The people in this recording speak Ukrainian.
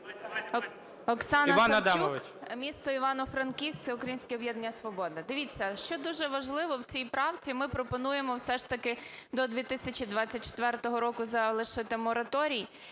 Оксана Савчук, місто Івано-Франківськ, Всеукраїнське об'єднання "Свобода". Дивіться, що дуже важливо в цій правці? Ми пропонуємо все ж таки до 2024 року залишити мораторій,